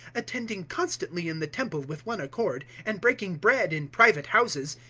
attending constantly in the temple with one accord, and breaking bread in private houses,